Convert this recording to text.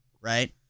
right